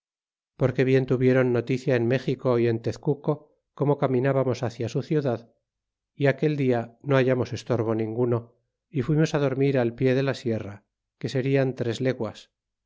porque bien tuviéron noticia en maxico y en tezeuco como caminábamos hacia su ciudad y aquel dia no hallamos estorbo ninguno y fuimos dormir al pie de la sierra que serian tres leguas